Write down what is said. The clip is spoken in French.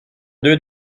deux